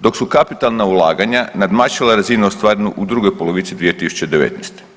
dok su kapitalna ulaganja nadmašila razinu ostvarenu u drugoj polovici 2019.